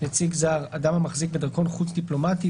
"נציג זר" - אדם המחזיק בדרכון חוץ דיפלומטי,